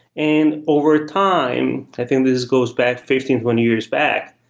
and over time, i think this goes back fifteen, twenty years back,